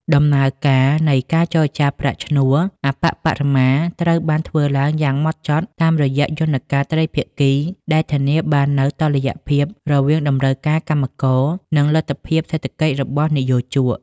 ដំណើរការនៃការចរចាប្រាក់ឈ្នួលអប្បបរមាត្រូវបានធ្វើឡើងយ៉ាងហ្មត់ចត់តាមរយៈយន្តការត្រីភាគី ដែលធានាបាននូវតុល្យភាពរវាងតម្រូវការកម្មករ និងលទ្ធភាពសេដ្ឋកិច្ចរបស់និយោជក។